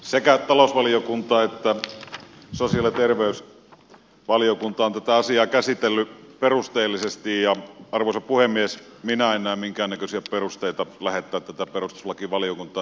sekä talousvaliokunta että sosiaali ja terveysvaliokunta ovat tätä asiaa käsitelleet perusteellisesti ja arvoisa puhemies minä en näe minkäännäköisiä perusteita lähettää tätä perustuslakivaliokuntaan